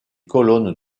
colonnes